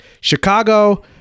Chicago